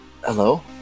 Hello